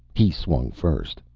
he swung first.